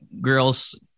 girls